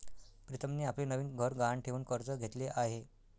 प्रीतमने आपले नवीन घर गहाण ठेवून कर्ज घेतले आहे